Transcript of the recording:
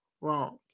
wrong